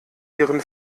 ihren